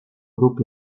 grup